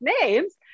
names